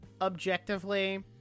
objectively